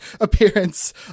appearance